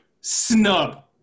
snub